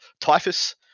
Typhus